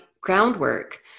groundwork